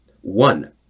One